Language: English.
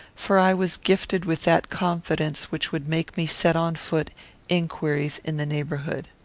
for i was gifted with that confidence which would make me set on foot inquiries in the neighbourhood.